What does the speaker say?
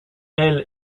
elle